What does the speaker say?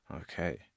Okay